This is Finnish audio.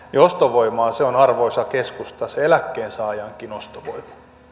ostovoimaa on arvoisa keskusta se eläkkeensaajankin ostovoima